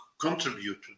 contribute